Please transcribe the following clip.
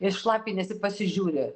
ir šlapiniesi pasižiūri